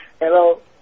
Hello